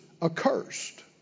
accursed